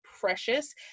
precious